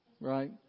Right